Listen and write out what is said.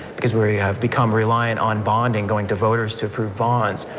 because we have become reliant on bonds and going to voters to prove bonds.